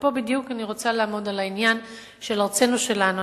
פה בדיוק אני רוצה לעמוד על העניין של ארצנו שלנו.